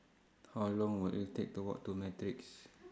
How Long Will IT Take to Walk to Matrix